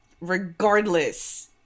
regardless